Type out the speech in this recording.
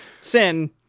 Sin